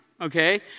okay